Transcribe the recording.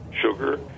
sugar